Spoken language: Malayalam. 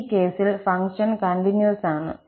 ഈ കേസിൽ ഫംഗ്ഷൻ കണ്ടിന്യൂസ് ആണ്